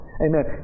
Amen